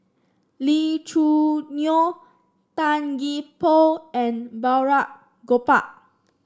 Lee Choo Neo Tan Gee Paw and Balraj Gopal